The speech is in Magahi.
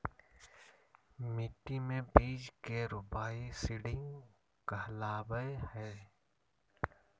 मिट्टी मे बीज के रोपाई सीडिंग कहलावय हय